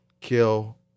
Kill